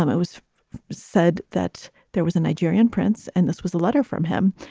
um it was said that there was a nigerian prince and this was a letter from him.